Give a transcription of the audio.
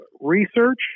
research